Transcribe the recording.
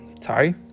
Sorry